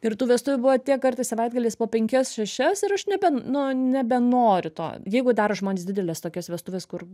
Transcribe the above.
ir tų vestuvių buvo tiek kartais savaitgaliais po penkias šešias ir aš nebe nu nebenoriu to jeigu daro žmonės didelės tokias vestuves kur